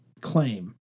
claim